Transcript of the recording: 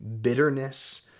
bitterness